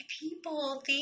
people